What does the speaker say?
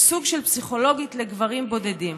סוג של פסיכולוגית לגברים בודדים.